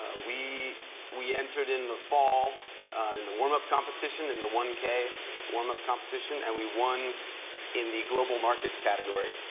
we we entered in the fall in the warm-up competition in the one k warm-up competition, and we won in the global markets category,